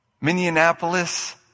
Minneapolis